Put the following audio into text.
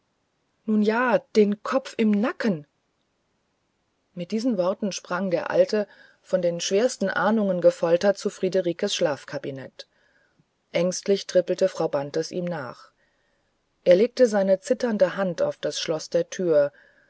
nun ja den kopf im nacken mit diesen worten sprang der alte von den schwersten ahnungen gefoltert zu friederikens schlafkabinett ängstlich trippelte frau bantes ihm nach er legte seine zitternde hand an das schloß der tür